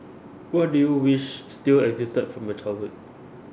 what do you wish still existed from your childhood